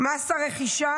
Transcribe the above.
מס הרכישה